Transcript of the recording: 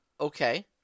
Okay